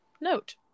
note